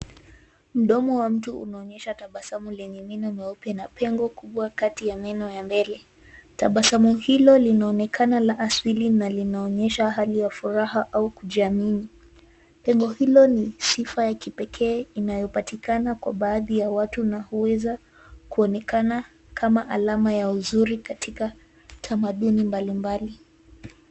Mdomo wa mtu unaonyesha tabasamu lenye meno meupe na pengo kubwa kati ya meno ya mbele. Tabasamu hilo linaonekana na hasili na linaonyesha hali ya furaha au kujiamini. Pengo hilo ni sifa ya kipekee inayopatikana kwa baadhi ya watu na huweza kuonekana kama alama ya uzuri katika tamaduni mbalimbali.